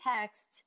text